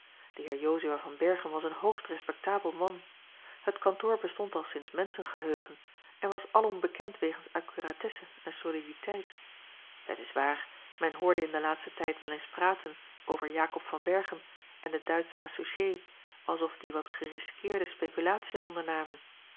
de heer jozua van berchem was een hoogst respectabel man het kantoor bestond al sinds menschengeheugen en was alom bekend wegens accuratesse en soliditeit het is waar men hoorde in den laatsten tijd wel eens praten over jakob van berchem en den duitschen associé alsof die wat gerisqueerde speculatiën ondernamen